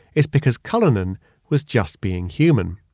is because cullinan was just being human.